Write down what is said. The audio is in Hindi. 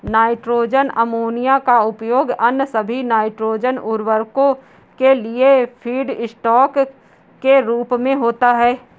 नाइट्रोजन अमोनिया का उपयोग अन्य सभी नाइट्रोजन उवर्रको के लिए फीडस्टॉक के रूप में होता है